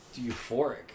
euphoric